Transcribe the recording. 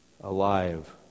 alive